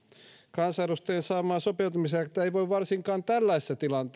kansanedustajan saamaa sopeutumiseläkettä ei voi varsinkaan tällaisessa tilanteessa